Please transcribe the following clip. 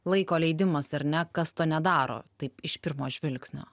laiko leidimas ar ne kas to nedaro taip iš pirmo žvilgsnio